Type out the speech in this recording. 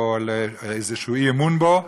או על איזשהו אי-אמון בו,